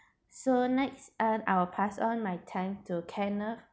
so next I'll pass on my time to kenneth